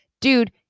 Dude